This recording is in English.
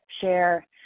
share